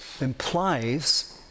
implies